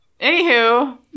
Anywho